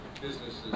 businesses